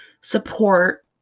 support